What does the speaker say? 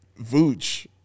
Vooch